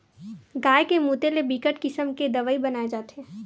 गाय के मूते ले बिकट किसम के दवई बनाए जाथे